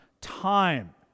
time